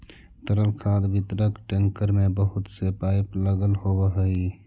तरल खाद वितरक टेंकर में बहुत से पाइप लगल होवऽ हई